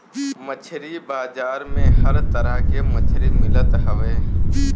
मछरी बाजार में हर तरह के मछरी मिलत हवे